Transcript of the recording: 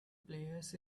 players